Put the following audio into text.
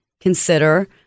consider